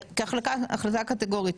כהחלטה קטגורית.